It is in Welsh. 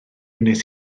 wnes